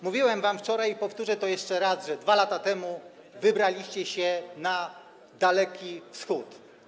Mówiłem wam wczoraj i powtórzę to jeszcze raz, że 2 lata temu wybraliście się na Daleki Wschód.